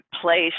place